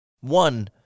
One